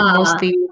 mostly